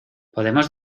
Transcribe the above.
podemos